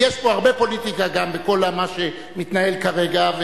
כי יש גם הרבה פוליטיקה במה שמתנהל כרגע,